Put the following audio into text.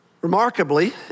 Remarkably